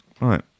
right